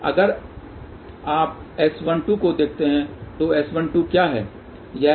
लेकिन अगर आप S12 को देखते हैं तो S12 क्या है